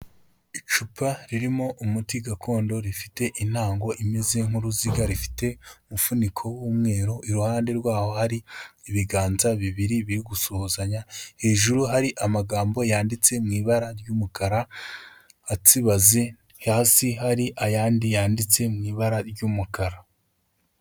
Icupa ririmo umuti gakondo rifite intango imeze nk'uruziga, rifite umusuniko w'umweru, iruhande rwaho hari ibiganza bibiri biri gusuhuzanya, hejuru hari amagambo yanditse mu ibara ry'umukara atsibazi, hasi hari ayandi yanditse mu ibara ry'umukara.